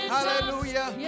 Hallelujah